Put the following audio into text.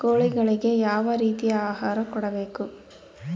ಕೋಳಿಗಳಿಗೆ ಯಾವ ರೇತಿಯ ಆಹಾರ ಕೊಡಬೇಕು?